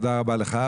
תודה רבה לך.